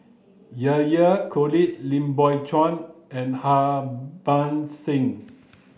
Yahya Cohen Lim Biow Chuan and Harbans Singh